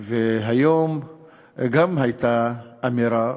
והיום גם הייתה אמירה,